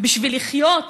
בשביל לחיות,